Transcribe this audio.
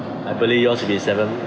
I believe yours already seven